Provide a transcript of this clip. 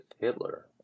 Hitler